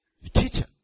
Teacher